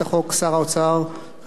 חבר הכנסת יובל שטייניץ.